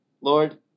Lord